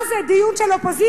מה זה, דיון של אופוזיציה?